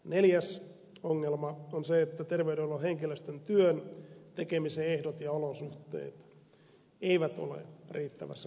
neljäs ongelma on se että terveydenhuollon henkilöstön työn tekemisen ehdot ja olosuhteet eivät ole riittävässä kunnossa